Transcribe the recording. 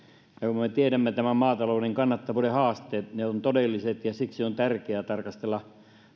me tiedämme nämä maatalouden kannattavuuden haasteet ne ovat todelliset ja siksi on tärkeää tarkastella